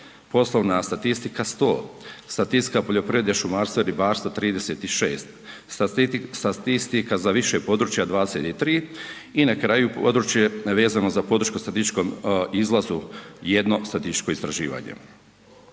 poslovna statistika 100, statistika poljoprivrede, šumarstva, ribarstva 36, statistika za više područja 23 i na kraju područje vezano za podršku statističkom izlazu 1 statističko istraživanje.